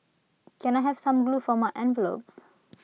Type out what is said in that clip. can I have some glue for my envelopes